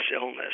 illness